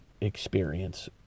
experience